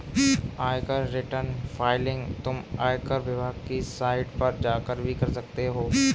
आयकर return filing तुम आयकर विभाग की साइट पर जाकर भी कर सकते हो